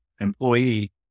employee